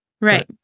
right